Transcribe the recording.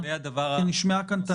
כי נשמעה כאן טענה.